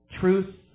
Truth